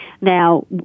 Now